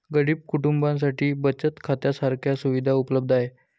गरीब कुटुंबांसाठी बचत खात्या सारख्या सुविधा उपलब्ध आहेत